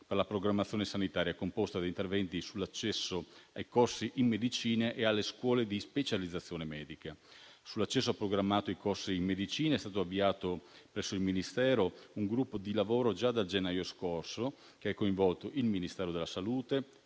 per la programmazione sanitaria composta da interventi sull'accesso ai corsi in medicina e alle scuole di specializzazione medica. Sull'acceso programmato ai corsi in medicina è stato avviato presso il Ministero un gruppo di lavoro già dal gennaio scorso, che ha coinvolto il Ministero della salute,